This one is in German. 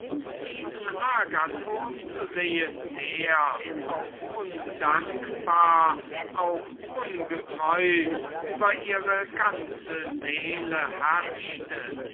diesen agathon zu sehen der auch undankbar auch ungetreu über ihre ganze seele